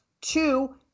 two